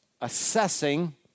assessing